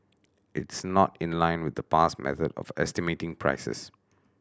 it's not in line with the past method of estimating prices